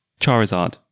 charizard